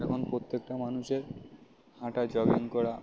এখন প্রত্যেকটা মানুষের হাঁটা জগিং করা